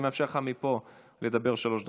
אני מאפשר לך לדבר מפה שלוש דקות,